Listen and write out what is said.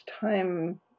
time